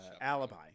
alibi